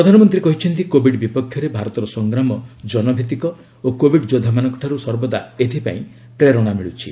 ପ୍ରଧାନମନ୍ତ୍ରୀ କହିଛନ୍ତି କୋବିଡ୍ ବିପକ୍ଷରେ ଭାରତର ସଂଗ୍ରାମ ଜନଭିତ୍ତିକ ଓ କୋବିଡ୍ ଯୋଦ୍ଧାମାନଙ୍କଠାରୁ ସର୍ବଦା ଏଥିପାଇଁ ପ୍ରେରଣା ମିଳୁଛି